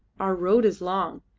our road is long,